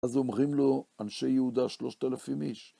אז אומרים לו, אנשי יהודה, שלושת אלפים איש.